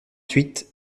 huit